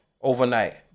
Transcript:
overnight